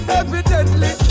evidently